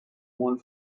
one